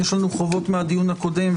יש לנו חובות מהדין הקודם,